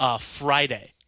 Friday